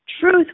Truth